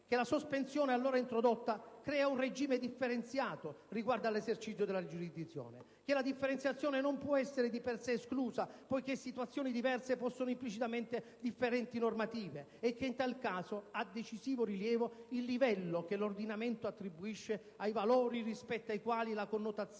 che la sospensione allora introdotta creava «un regime differenziato riguardo all'esercizio della giurisdizione»; che la differenziazione non può essere di per sé esclusa, poiché «situazioni diverse possono implicare differenti normative»; che in tal caso aveva «decisivo rilievo il livello che l'ordinamento attribuisce ai valori rispetto ai quali la connotazione